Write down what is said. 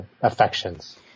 affections